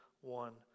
one